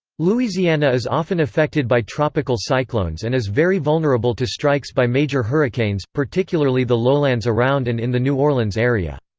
louisiana is often affected by tropical cyclones and is very vulnerable to strikes by major hurricanes, particularly the lowlands around and in the new orleans area.